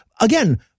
again